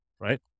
right